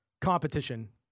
competition